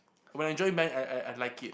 when I join band I I I like it